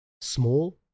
small